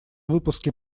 выпуске